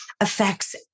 affects